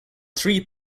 three